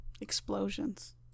explosions